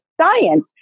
science